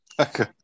Okay